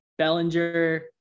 Bellinger